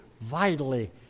vitally